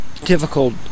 difficult